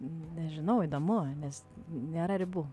nežinau įdomu nes nėra ribų